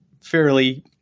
fairly